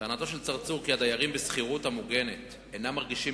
טענתו של צרצור כי הדיירים בשכירות המוגנת אינם מרגישים